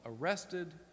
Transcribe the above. arrested